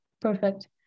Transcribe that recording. perfect